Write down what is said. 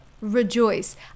rejoice